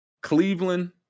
Cleveland